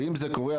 ואם זה קורה,